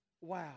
Wow